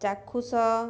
ଚାକ୍ଷୁଷ